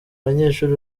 banyeshuri